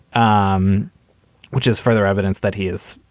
um which is further evidence that he is,